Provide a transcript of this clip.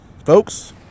Folks